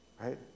Right